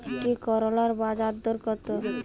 আজকে করলার বাজারদর কত?